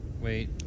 Wait